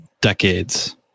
decades